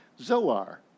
Zoar